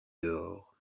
dehors